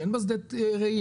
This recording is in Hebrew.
שאין בה שדה ראייה,